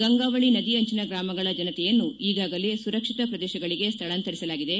ಗಂಗಾವಳಿ ನದಿ ಅಂಚಿನ ಗ್ರಾಮಗಳ ಜನತೆಯನ್ನು ಈಗಾಗಲೇ ಸುರಕ್ಷಿತ ಪ್ರದೇಶಗಳಿಗೆ ಸ್ವಳಾಂತರಿಸಲಾಗಿದೆ